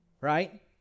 Right